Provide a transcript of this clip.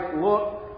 look